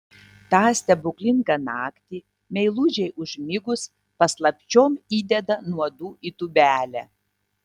tą stebuklingą naktį meilužei užmigus paslapčiom įdeda nuodų į tūbelę